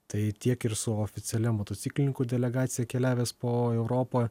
tai tiek ir su oficialia motociklininkų delegacija keliavęs po europą